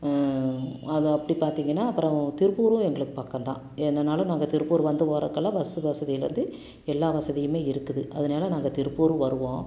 அது அப்படி பார்த்திங்கன்னா அப்புறம் திருப்பூரும் எங்களுக்கு பக்கம் தான் என்னென்னாலும் நாங்கள் திருப்பூர் வந்து போகிறதுக்கெல்லாம் பஸ் வசதியிலேருந்து எல்லா வசதியுமே இருக்குது அதனால நாங்கள் திருப்பூரும் வருவோம்